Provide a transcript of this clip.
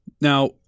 Now